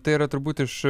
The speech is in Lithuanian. tai yra turbūt iš